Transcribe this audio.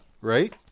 Right